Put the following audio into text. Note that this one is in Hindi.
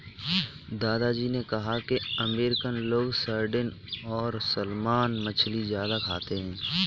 दादा जी ने कहा कि अमेरिकन लोग सार्डिन और सालमन मछली ज्यादा खाते हैं